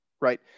right